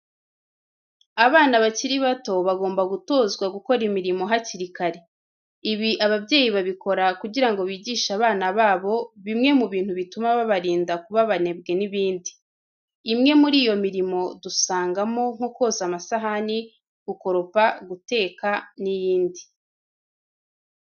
Abana bakiri bato bagomba gutozwa gukora imirimo hakiri kare. Ibi ababyeyi babikora kugira ngo bigishe abana babo bimwe mu bintu bituma babarinda kuba abanebwe n'ibindi. Imwe muri iyo mirimo dusangamo, nko koza amasahani, gukoropa, guteka n'iyindi.